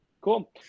cool